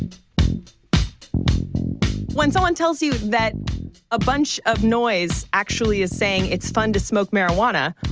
and when someone tells you that a bunch of noise actually is saying, it's fun to smoke marijuana,